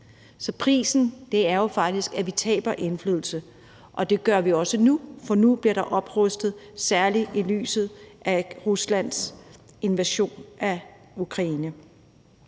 Så prisen er jo faktisk, at vi taber indflydelse, og det gør vi også nu, for nu bliver der oprustet, særlig i lyset i lyset af Ruslands invasion af Ukraine.